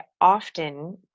often